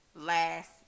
last